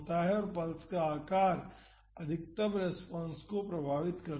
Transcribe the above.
और पल्स का आकार अधिकतम रेस्पॉन्स को प्रभावित करता है